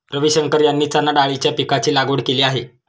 रविशंकर यांनी चणाडाळीच्या पीकाची लागवड केली आहे